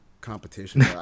competition